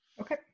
Okay